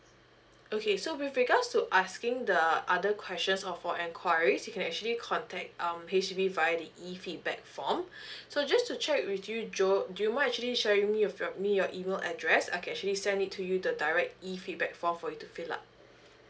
okay so with regards to asking the other questions or for enquiries you can actually contact um H_D_B via the e feedback form so just to check with you joe do you mind actually sharing me with your me your email address I can actually send it to you the direct e feedback form for you to fill up